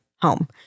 home